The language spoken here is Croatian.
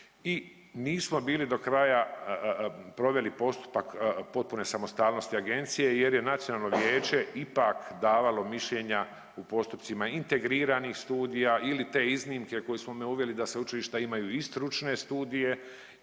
i nismo bili do kraja proveli postupak potpune samostalnosti agencije jer je Nacionalno vijeće ipak davalo mišljenja u postupcima integriranih studija ili te iznimke koje smo mi uveli da sveučilišta imaju i stručne studije